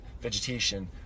vegetation